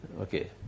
okay